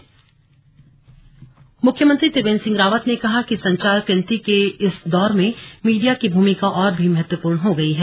slug press club CM मुख्यमंत्री त्रिवेंद्र सिंह रावत ने कहा कि संचार क्रांति के इस दौर में मीडिया की भूमिका और भी महत्वपूर्ण हो गई है